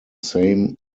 same